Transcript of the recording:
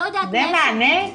זה מענה?